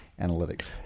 analytics